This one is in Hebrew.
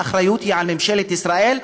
האחריות היא של ממשלת ישראל,